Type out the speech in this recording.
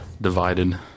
divided